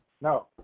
No